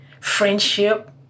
friendship